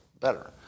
better